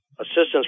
Assistance